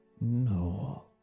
No